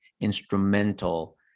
instrumental